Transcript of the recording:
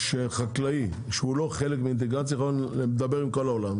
שחקלאי שהוא לא חלק מאינטגרציה הוא יכול לדבר עם כל העולם,